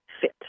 fit